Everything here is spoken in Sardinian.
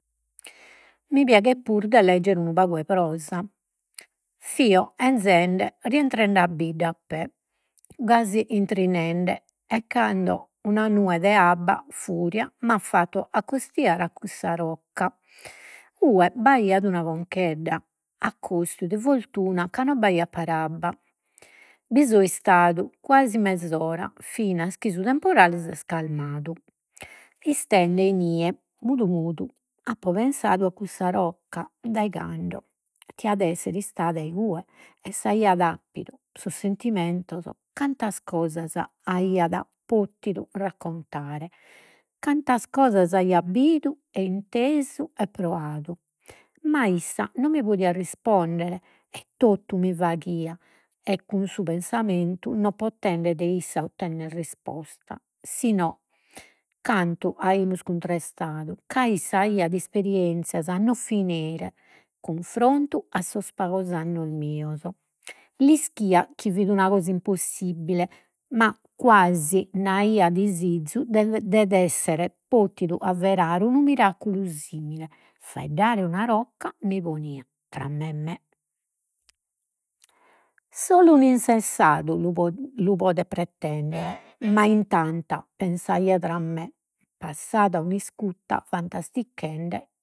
Mi piaghet puru de leggere unu pagu 'e prosa. Fio 'enzende, rientrende a bidda a pè, intrinende, a cando una nue de abba furia m'at fattu accostiare a cussa rocca, 'ue b'aiat una conchedda, accostiu de fortuna ca no b'aiat parabba. Bi so istadu quasi mesora finas chi su temporale s'est calmadu. Istende inie, mudu mudu, apo pensadu a cussa rocca, dae cando diat essere istada igue e s'aiat sos sentimentos, cantas cosas aiat potidu raccontare. Cantas cosas aiat bidu e intesu e proadu. Ma issa no mi podiat rispondere e totu mi faghiat e cun su pensamentu, no potende de issa ottennere risposta. cantu aimus cuntrestadu ca issa aiat isperienzias a no finire, cunfrontu a sos pagos annos mios. L'ischia chi fit una cosa impossibbile, ma quasi disizu de essere potidu avverare un miraculu simile. Faeddare una rocca mi ponia tra me e me, solu un'insensadu lu podet pretendere, ma in tanta pensaio tra me passat un'iscutta fantastichende